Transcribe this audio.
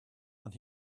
and